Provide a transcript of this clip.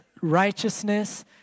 righteousness